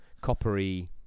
coppery